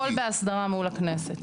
הכול בהסדרה מול הכנסת.